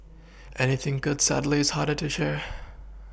anything good sadly is harder to share